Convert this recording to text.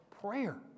prayer